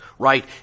Right